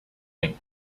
going